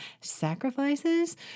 sacrifices